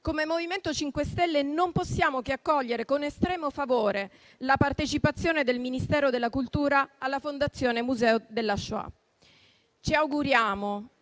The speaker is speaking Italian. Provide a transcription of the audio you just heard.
come MoVimento 5 Stelle non possiamo che accogliere con estremo favore la partecipazione del Ministero della cultura alla Fondazione Museo della Shoah. Ci auguriamo